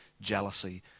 Jealousy